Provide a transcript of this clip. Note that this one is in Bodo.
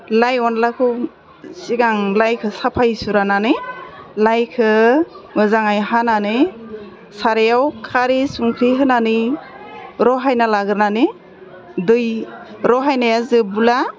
लाइ अनलाखौ सिगां लाइखौ साफायै सुस्रानानै लाइखौ मोजाङै हानानै सारायाव खारै संख्रि होनानि रहायना लाग्रोनानै दै रहायनाया जाेबब्ला